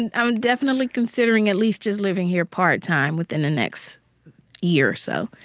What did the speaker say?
and i'm definitely considering at least just living here part-time within the next year or so.